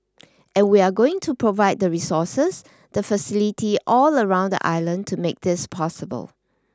and we are going to provide the resources the facility all around the island to make this possible